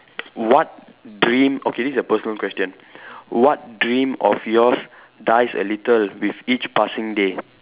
what dream okay this a personal question what dream of yours dies a little with each passing day